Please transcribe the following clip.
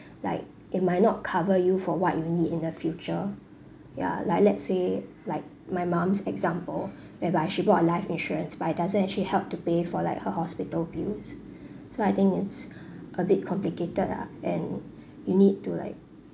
like it might not cover you for what you need in the future ya like let's say like my mum's example whereby she bought a life insurance but it doesn't actually help to pay for like her hospital bills so I think it's a bit complicated lah and you need to like